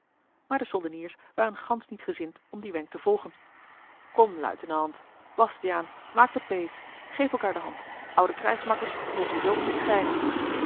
maar de soldeniers waren gansch niet gezind om dien wenk te volgen kom luitenant bastiaan maakt den pays geeft elkaâr de hand oude krijgsmakkers mogen z niet scheiden